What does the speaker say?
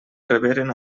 reberen